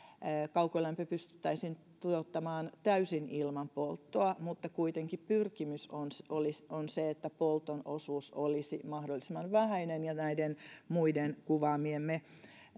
kaukolämpö pystyttäisiin toteuttamaan täysin ilman polttoa mutta kuitenkin pyrkimys on se että polton osuus olisi mahdollisimman vähäinen ja näiden muiden kuvaamiemme